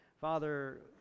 Father